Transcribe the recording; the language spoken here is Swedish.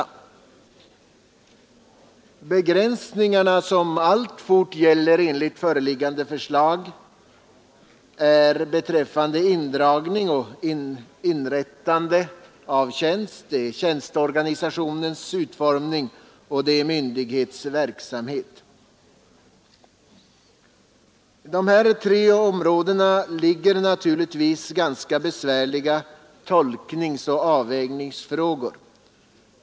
De begränsningar som alltjämt gäller enligt före Nr 152 organisationens utformning och myndighets verksamhet. 11 december 1973 På dessa tre områden finns naturligtvis ganska besvärliga tolknings Ar och avvägningsfrågor.